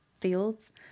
fields